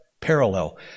parallel